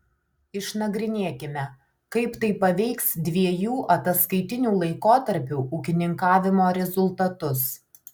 išnagrinėkime kaip tai paveiks dviejų ataskaitinių laikotarpių ūkininkavimo rezultatus